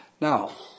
Now